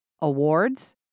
awards